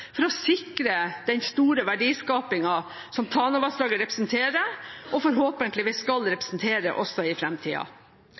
for å sikre den store verdiskapingen som Tanavassdraget representerer – og forhåpentligvis skal